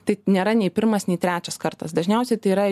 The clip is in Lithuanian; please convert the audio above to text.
tai nėra nei pirmas nei trečias kartas dažniausiai tai yra